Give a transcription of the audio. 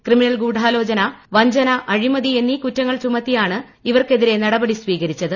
criminal ഗൂഢാലോചന വഞ്ചന അഴിമതി എന്നീ കുറ്റങ്ങൾ ചുമത്തിയാണ് ഇവർക്കെതിരെ നടപടി സ്വീകരിച്ചത്